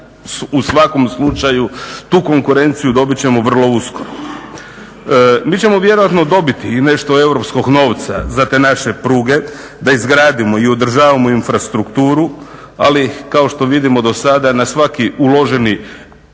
U svakom slučaju tu konkurenciju dobit ćemo vrlo uskoro. Mi ćemo vjerojatno dobiti i nešto europskog novca za te naše pruge da izgradimo i održavamo infrastrukturu ali kao što vidimo dosada na svaki uloženi